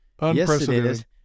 unprecedented